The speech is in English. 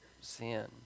sin